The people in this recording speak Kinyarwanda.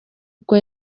bwo